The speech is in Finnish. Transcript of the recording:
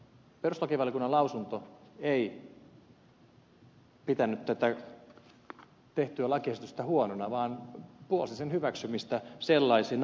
perustuslakivaliokunnan lausunto ei pitänyt tätä tehtyä lakiesitystä huonona vaan puolsi sen hyväksymistä sellaisenaan